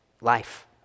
life